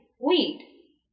weed